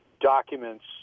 documents